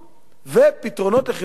ופתרונות לחינוך לגיל הרך.